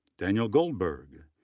daniel goldberg,